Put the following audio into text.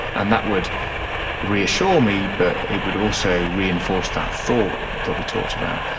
and that would reassure me but it would also reinforce that thought that we talked about.